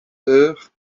d’heure